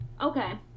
Okay